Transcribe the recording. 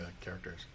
characters